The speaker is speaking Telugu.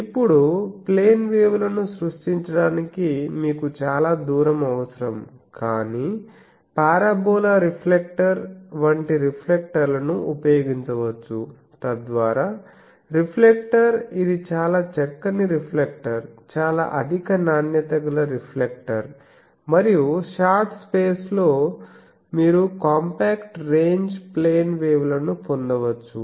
ఇప్పుడు ప్లేన్ వేవ్ లను సృష్టించడానికి మీకు చాలా దూరం అవసరం కానీ పారాబోలా రిఫ్లెక్టర్ వంటి రిఫ్లెక్టర్లను ఉపయోగించవచ్చు తద్వారా రిఫ్లెక్టర్ ఇది చాలా చక్కని రిఫ్లెక్టర్ చాలా అధిక నాణ్యత గల రిఫ్లెక్టర్ మరియు షార్ట్ స్పేస్ లో మీరు కాంపాక్ట్ రేంజ్ ప్లేన్ వేవ్ లను పొందవచ్చు